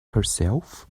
herself